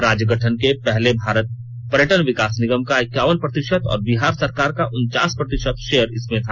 राज्य गठन के पहले भारत पर्यटन विकास निगम का इक्यावन प्रतिशत और बिहार सरकार का उनचास प्रतिशत शेयर इसमें था